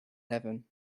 heaven